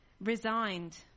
resigned